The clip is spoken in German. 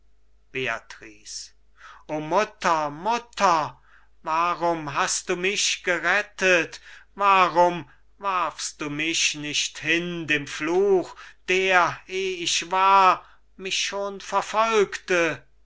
o mutter mutter warum hast du mich gerettet warum warfst du mich nicht hin dem fluch der eh ich war mich schon verfolgte